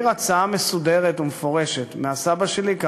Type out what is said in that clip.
הוא העביר הצעה מסודרת ומפורשת מהסבא שלי,